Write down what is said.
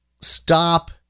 stop